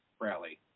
rally